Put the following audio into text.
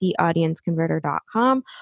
theaudienceconverter.com